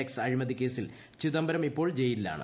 X അഴിമതിക്കേസിൽ ചിദംബരം ഇപ്പോൾ ജയിലിലാണ്